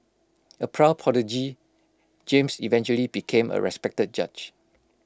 A proud prodigy James eventually became A respected judge